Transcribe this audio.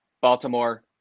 Baltimore